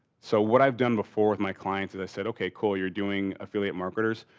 so, what i've done before with my clients is i said, okay cool, you're doing affiliate marketers.